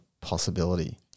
possibility